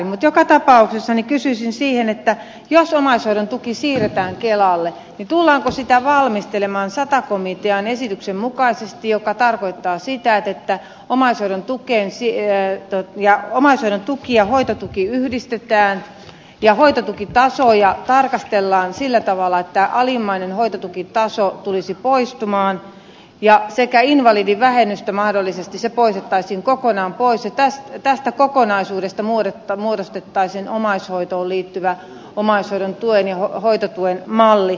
mutta joka tapauksessa kysyisin että jos omaishoidontuki siirretään kelalle niin tullaanko sitä valmistelemaan sata komitean esityksen mukaisesti mikä tarkoittaa sitä että omaishoidon tuki ja hoitotuki yhdistetään ja hoitotukitasoja tarkastellaan sillä tavalla että alimmainen hoitotukitaso tulisi poistumaan ja invalidivähennys mahdollisesti poistettaisiin kokonaan ja tästä kokonaisuudesta muodostettaisiin omaishoitoon liittyvä omaishoidon tuen ja hoitotuen malli